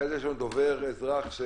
אני רק מבקש שאלו יהיו שאלות, כי